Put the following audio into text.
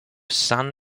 san